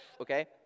okay